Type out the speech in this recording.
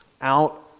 out